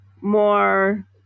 more